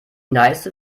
neiße